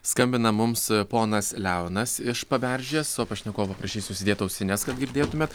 skambina mums ponas leonas iš paberžės o pašnekovą prašysiu užsidėt ausines kad girdėtumėt